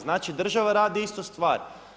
Znači država radi istu stvar.